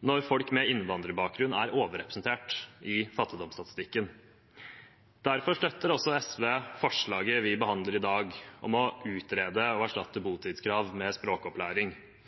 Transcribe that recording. når folk med innvandrerbakgrunn er overrepresentert i fattigdomsstatistikken. Derfor støtter SV forslaget vi behandler i dag, om å utrede å erstatte botidskrav med språkopplæring.